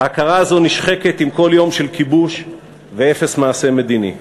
ההכרה הזו נשחקת עם כל יום של כיבוש ואפס מעשה מדיני.